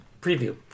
Preview